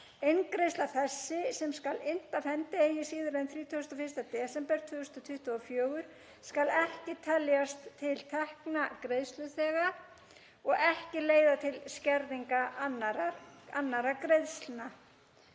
Eingreiðsla þessi, sem skal innt af hendi eigi síðar en 31. desember 2024, skal ekki teljast til tekna greiðsluþega og ekki leiða til skerðingar annarra greiðslna.“